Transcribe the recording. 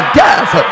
death